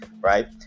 right